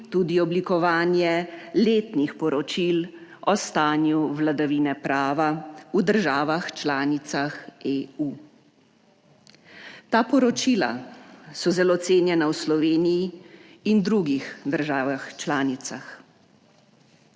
tudi oblikovanje letnih poročil o stanju vladavine prava v državah članicah EU. Ta poročila so zelo cenjena v Sloveniji in drugih državah članicah.